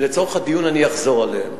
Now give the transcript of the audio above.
ולצורך הדיון אני אחזור עליהם: